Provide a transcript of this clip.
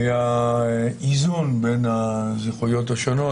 היה איזון בין הזכויות השונות.